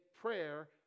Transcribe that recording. prayer